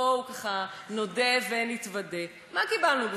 בואו נודה ונתוודה, מה קיבלנו בסוף?